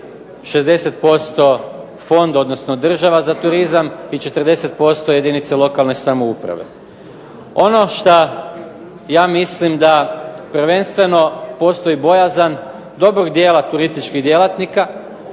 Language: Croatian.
60% fond, odnosno država za turizam i 40% jedinice lokalne samouprave. Ono šta ja mislim da prvenstveno bojazan dobrog dijela turističkih djelatnika,